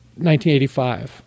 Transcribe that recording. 1985